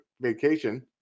vacation